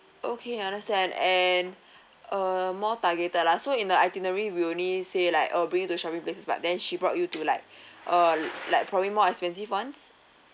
okay I understand and uh more targeted lah so in the itinerary we will only say like oh bring you to shopping places but then she brought you to like uh like probably more expensive ones